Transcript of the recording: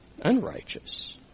unrighteous